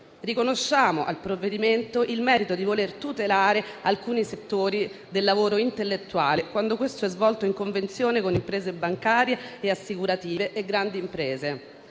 riconosciamo al provvedimento il merito di voler tutelare alcuni settori del lavoro intellettuale, quando questo è svolto in convenzione con le imprese bancarie e assicurative e con le grandi imprese.